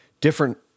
different